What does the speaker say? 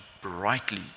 brightly